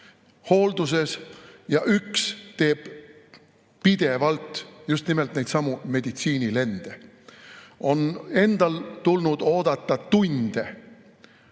hoolduses ja üks teeb pidevalt just nimelt neidsamu meditsiinilende. On endal tulnud oodata tunde